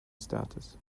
status